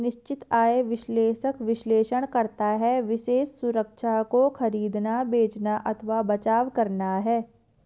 निश्चित आय विश्लेषक विश्लेषण करता है विशेष सुरक्षा को खरीदना, बेचना अथवा बचाव करना है